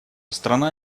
страна